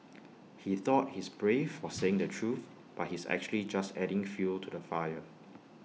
he thought he's brave for saying the truth but he's actually just adding fuel to the fire